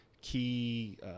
key